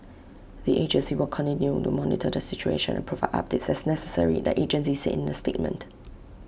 the agency will continue to monitor the situation and provide updates as necessary the agency said in A statement